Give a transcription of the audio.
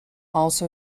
also